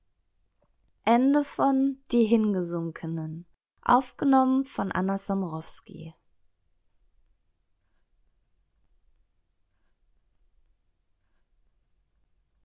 die hingesunkenen da